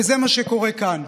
וזה מה שקורה כאן,